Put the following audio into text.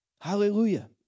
Hallelujah